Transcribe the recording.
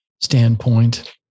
standpoint